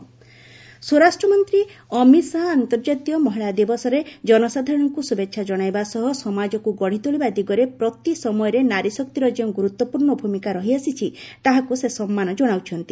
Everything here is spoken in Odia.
ଏଚ୍ଏମ୍ ଓମେନ୍ସ ଡେ ସ୍ୱରାଷ୍ଟ୍ର ମନ୍ତ୍ରୀ ଅମିତ୍ ଶାହା ଅନ୍ତର୍ଜାତୀୟ ମହିଳା ଦିବସରେ ଜନସାଧାରଣଙ୍କୁ ଶୁଭେଛା ଜଣାଇବା ସହ ସମାଜକୁ ଗଢ଼ିତୋଳିବା ଦିଗରେ ପ୍ରତି ସମୟରେ ନାରୀ ଶକ୍ତିର ଯେଉଁ ଗୁରୁତ୍ୱପୂର୍ଣ୍ଣ ଭୂମିକା ରହିଆସିଛି ତାହାକୁ ସେ ସମ୍ମାନ ଜଣାଉଛନ୍ତି